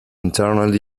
internal